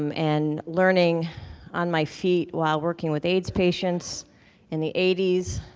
um and learning on my feet while working with aids patients in the eighty s.